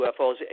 UFOs